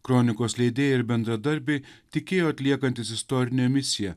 kronikos leidėjai ir bendradarbiai tikėjo atliekantys istorinę misiją